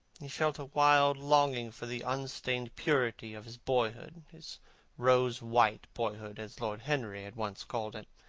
he felt a wild longing for the unstained purity of his boyhood his rose-white boyhood, as lord henry had once called it.